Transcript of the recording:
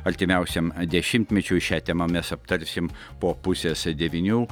artimiausiam dešimtmečiui šia tema mes aptarsim po pusės devynių